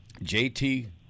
JT